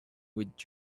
with